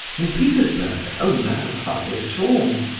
in petersburg? oh no! hardly at all,